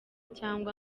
cyangwa